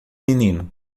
menino